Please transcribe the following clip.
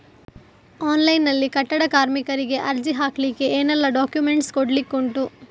Online ನಲ್ಲಿ ಕಟ್ಟಡ ಕಾರ್ಮಿಕರಿಗೆ ಅರ್ಜಿ ಹಾಕ್ಲಿಕ್ಕೆ ಏನೆಲ್ಲಾ ಡಾಕ್ಯುಮೆಂಟ್ಸ್ ಕೊಡ್ಲಿಕುಂಟು?